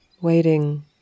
waiting